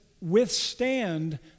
withstand